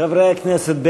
חברי הכנסת,